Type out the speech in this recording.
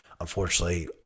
unfortunately